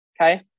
Okay